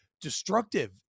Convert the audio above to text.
destructive